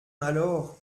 alors